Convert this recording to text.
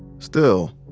still,